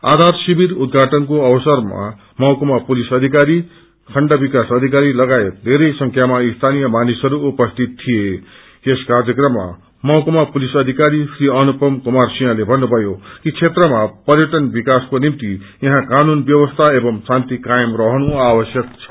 आधार शिवि उदृघाटनको अवसरमा महकुमा पुलिस अधिकारी खण्ड विकास अधिकारी लगायत धेरै संख्यामा स्थानीय मानिसहरू उपसीत थ्यिं यस कार्यक्रममा महकमा पुलिस अधिकारी श्री अनुपम कुमार सिंहले भन्नुभयो कि क्षेत्रमा पर्यटन विकासको निम्ति यहाँ कानून व्यवस्था एवं शान्ति कायम रहनु आवश्यक छ